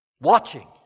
watching